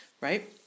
right